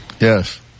Yes